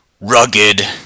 rugged